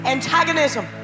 Antagonism